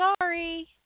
sorry